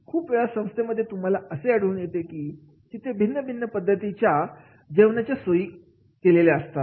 खूप वेळा संस्थांमध्ये तुम्हाला असे आढळून येते की तिथे भिन्नभिन्न पद्धतीच्या जीवनाच्या सोयी केलेल्या असतात